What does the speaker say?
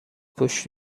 پشت